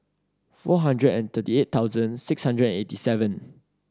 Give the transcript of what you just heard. four hundred and thirty eight thousand six hundred and eighty seven